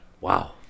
Wow